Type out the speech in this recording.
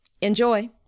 Enjoy